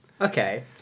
Okay